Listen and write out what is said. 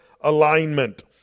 alignment